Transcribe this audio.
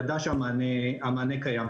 ידעה שהמענה קיים.